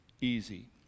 easy